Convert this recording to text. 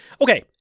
Okay